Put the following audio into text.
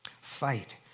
Fight